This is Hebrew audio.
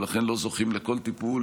ולכן לא זוכים לכל טיפול,